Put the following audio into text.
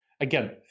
Again